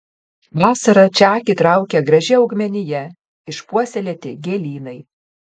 vasarą čia akį traukia graži augmenija išpuoselėti gėlynai